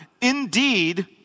indeed